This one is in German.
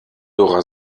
dora